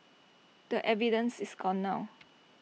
the evidence is gone now